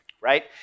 right